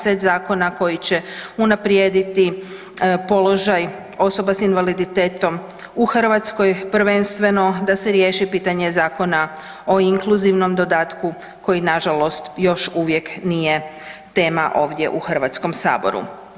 Set zakona koji će unaprijediti položaj osoba s invaliditetom u Hrvatskoj prvenstveno da se riješi pitanje zakona o inkluzivnom dodatku koji nažalost još uvijek nije tema ovdje u Hrvatskom saboru.